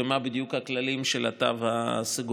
ומבחינת מהם בדיוק הכללים של התו הסגול.